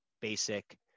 basic